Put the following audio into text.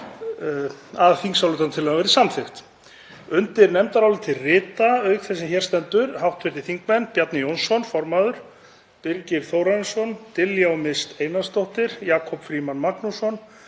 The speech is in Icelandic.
að þingsályktunartillagan verði samþykkt. Undir nefndarálitið rita, auk þess sem hér stendur, hv. þingmenn Bjarni Jónsson formaður, Birgir Þórarinsson, Diljá Mist Einarsdóttir, Jakob Frímann Magnússon,